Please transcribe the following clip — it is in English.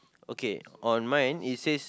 okay on mine it says